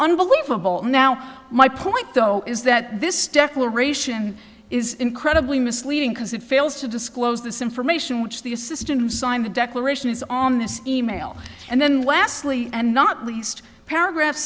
unbelievable now my point though is that this declaration is incredibly misleading because it fails to disclose this information which the assistant who signed the declaration is on this e mail and then lastly and not least paragraph